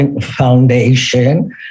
Foundation